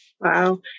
Wow